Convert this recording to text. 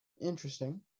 Interesting